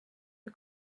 for